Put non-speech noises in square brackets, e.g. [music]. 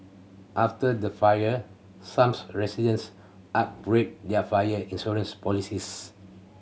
after the fire some [unintelligible] residents upgraded their fire insurance policies